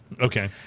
Okay